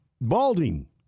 balding